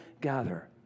gather